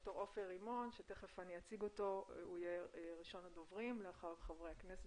ד"ר עופר רימון שיהיה ראשון הדוברים לאחר חברי הכנסת.